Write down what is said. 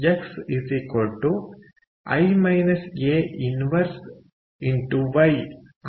X 1 Y ಆಗಿರುತ್ತದೆ